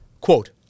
quote